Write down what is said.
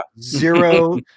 zero